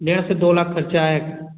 डेढ़ से दो लाख खर्चा आए